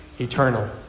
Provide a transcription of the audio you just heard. eternal